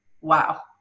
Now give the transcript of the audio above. wow